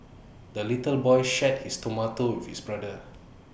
the little boy shared his tomato with his brother